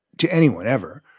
to anyone ever.